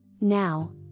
Now